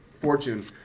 Fortune